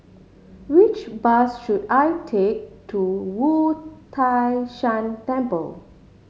which bus should I take to Wu Tai Shan Temple